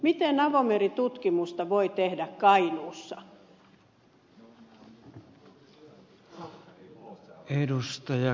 miten avomeritutkimusta voi tehdä kainuussa